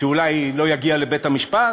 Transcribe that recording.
שאולי לא יגיע לבית-המשפט,